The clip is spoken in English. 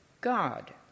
God